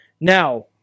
Now